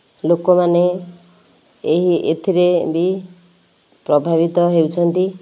ଲୋକମାନେ ଏହି ଏଥିରେ ବି ପ୍ରଭାବିତ ହେଉଛନ୍ତି